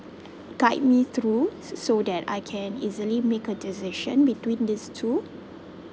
guide me through so that I can easily make a decision between these two